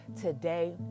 today